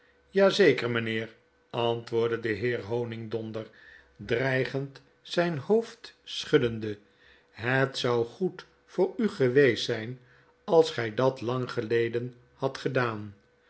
zeker mynheer antwoordde de heer honigdonder dreigend zyn hoofd sghuddende het zou goed voor u geweest zpfais grjdat iang geleden hadt gedaan